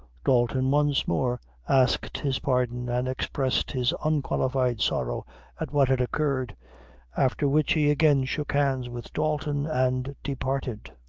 dalton once more asked his pardon, and expressed his unqualified sorrow at what had occurred after which he again shook hands with dalton and departed.